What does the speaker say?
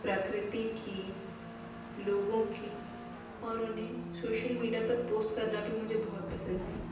प्रकृति की लोगों की और उन्हें सोशल मीडिया पर पोस्ट करना भी मुझे बहुत पसंद है